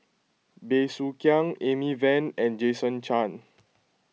Bey Soo Khiang Amy Van and Jason Chan